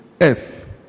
earth